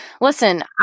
listen